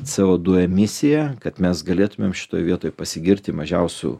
co du emisiją kad mes galėtumėm šitoj vietoj pasigirti mažiausiu